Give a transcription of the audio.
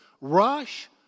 rush